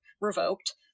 revoked